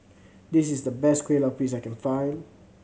this is the best Kueh Lupis I can find